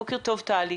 בוקר טוב טלי.